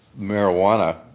marijuana